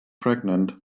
pregnant